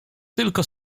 tylko